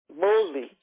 boldly